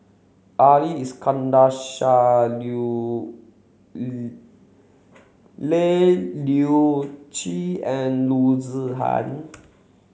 Ali Iskandar Shah Leu Yew Chye and Loo Zihan